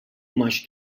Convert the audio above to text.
much